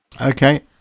okay